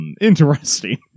interesting